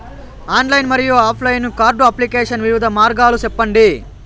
Online మరియు offline card application వివిధ మార్గాలు సెప్పండి?